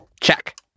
Check